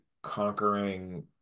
conquering